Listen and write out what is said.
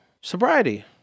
Sobriety